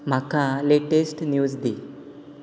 म्हाका latest news दी